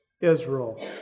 Israel